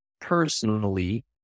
personally